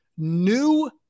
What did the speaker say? New